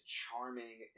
charming